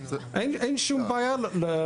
אין שום בעיה.